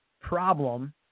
problem